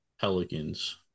Pelicans